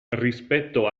rispetto